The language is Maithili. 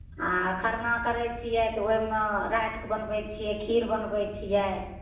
आ खरना करै छियै तऽ ओहिमे राति कऽ बनबै छियै खीर बनबै छियै